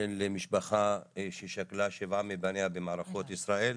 בן למשפחה ששכלה שבעה מבניה במערכות ישראל,